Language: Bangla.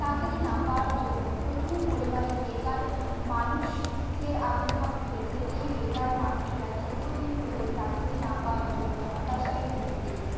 চাকরি না পাওয়ার জন্য প্রচুর পরিমাণে বেকার মানুষ যের আবির্ভাব ঘটেছে যেই বেকার মানুষেরা দীর্ঘদিন ধরে চাকরি না পাওয়ার জন্য হতাশায় ডুব দিয়েছে